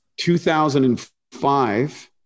2005